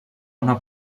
una